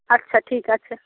আচ্ছা ঠিক আছে